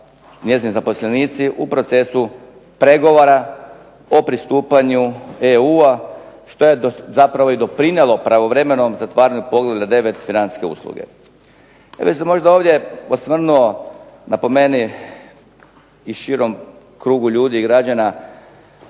njezini zaposlenici u procesu pregovora o pristupanju EU-a što je zapravo i doprinijelo pravovremenom zatvaranju Poglavlja 9. – Financijske usluge. Ja bih se možda ovdje osvrnuo na, po meni i širom krugu ljudi i građana,